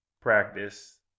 Practice